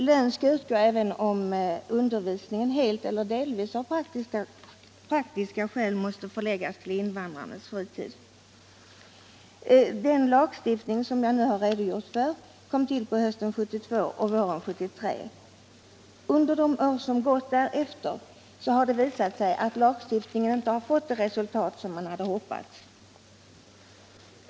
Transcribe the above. Lön skall utgå även om undervisningen helt eller delvis av praktiska skäl måste förläggas till invandrarens fritid. Den lagstiftning jag nu redogjort för kom till på hösten 1972 och våren 1973. Under de år som har gått därefter har det visat sig att lagstiftningen inte har fått den genomslagskraft som man hade hoppats.